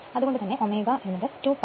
അതുകൊണ്ടുതന്നെ ω2 pi n